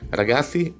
ragazzi